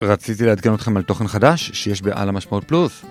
רציתי לעדכן אתכם על תוכן חדש שיש בעל המשמעות פלוס